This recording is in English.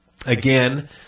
Again